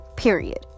Period